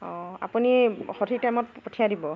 অঁ আপুনি সঠিক টাইমত পঠিয়াই দিব